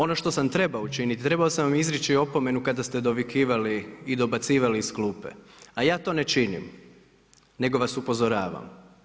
Ono što sam trebao učiniti trebao sam vam izreći opomenu kada ste dovikivali i dobacivali iz klupe, a ja to ne činim, nego vas upozoravam.